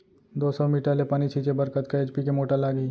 दो सौ मीटर ले पानी छिंचे बर कतका एच.पी के मोटर लागही?